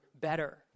better